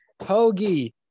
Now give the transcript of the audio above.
Hoagie